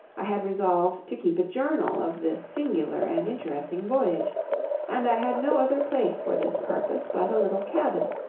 i had resolved to keep a journal of this singular and interesting voyage and i had no other place for this purpose but a little cabin,